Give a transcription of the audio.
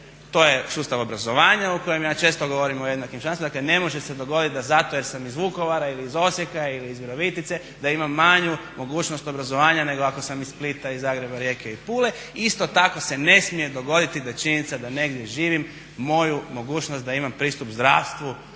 To je sustav obrazovanja o kojem ja često govorim o jednakim šansama. Dakle ne može se dogoditi da zato jer sam iz Vukovara ili iz Osijeka ili iz Virovitice da imam manju mogućnost obrazovanja nego ako sam iz Splita, iz Zagreba, Rijeke i Pule. Isto tako se ne smije dogoditi da činjenica da negdje živim moju mogućnost da imam pristup zdravstvu